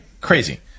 Crazy